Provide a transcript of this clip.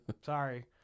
sorry